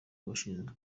bashinjwa